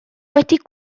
wedi